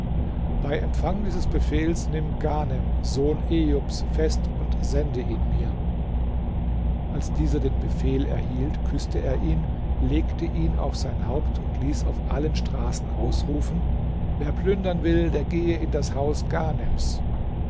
bei empfang dieses befehls nimm ghanem sohn ejubs fest und sende ihn mir als dieser den befehl erhielt küßte er ihn legte ihn auf sein haupt und ließ auf allen straßen ausrufen wer plündern will der gehe in das haus